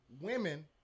women